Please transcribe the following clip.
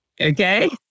Okay